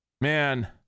Man